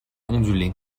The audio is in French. ondulée